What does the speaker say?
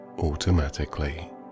automatically